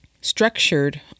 structured